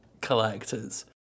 collectors